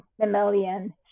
mammalian